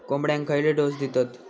कोंबड्यांक खयले डोस दितत?